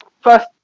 first